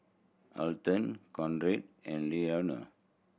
Alton Conrad and Lenora